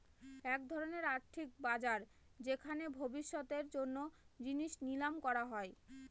এক ধরনের আর্থিক বাজার যেখানে ভবিষ্যতের জন্য জিনিস নিলাম করা হয়